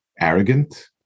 arrogant